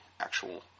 actual